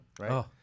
right